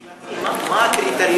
שאלתי היא: מה הקריטריון?